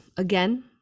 again